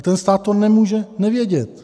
A stát to nemůže nevědět.